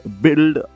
build